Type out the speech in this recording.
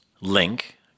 link